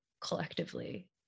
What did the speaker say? collectively